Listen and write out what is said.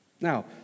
Now